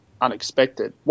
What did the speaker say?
unexpected